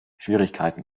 schwierigkeiten